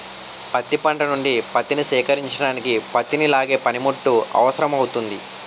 పత్తి పంట నుండి పత్తిని సేకరించడానికి పత్తిని లాగే పనిముట్టు అవసరమౌతుంది